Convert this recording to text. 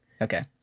Okay